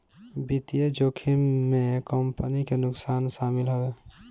वित्तीय जोखिम में कंपनी के नुकसान शामिल हवे